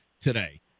today